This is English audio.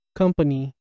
company